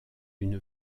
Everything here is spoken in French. d’une